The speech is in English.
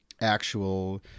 actual